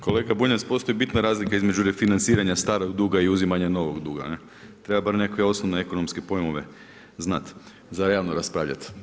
Kolega Bunjac, postoji bitna razlika između refinanciranja starog duga i uzimanja novog duga, treba bar nekakve osnovne ekonomske pojmove znat za javno raspravljat.